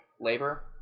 labor